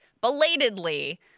belatedly